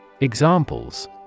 Examples